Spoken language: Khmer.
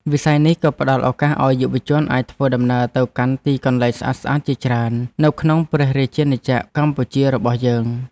វិស័យនេះក៏ផ្តល់ឱកាសឱ្យយុវជនអាចធ្វើដំណើរទៅកាន់ទីកន្លែងស្អាតៗជាច្រើននៅក្នុងព្រះរាជាណាចក្រកម្ពុជារបស់យើង។